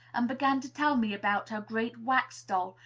and began to tell me about her great wax-doll,